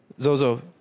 Zozo